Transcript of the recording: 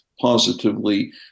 positively